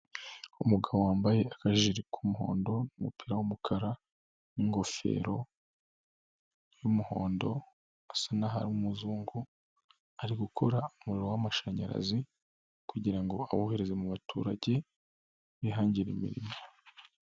Umugabo wambaye akajiri k'umuhondo n'umupira w'umukara n'ingofero y'umuhondo asa n'aho ari umuzungu, ari gukora umuriro w'amashanyarazi kugira ngo awohereze mu baturage bihangire imirimo.